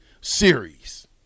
series